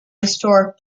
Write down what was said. historic